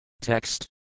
Text